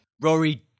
Rory